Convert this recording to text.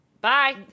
Bye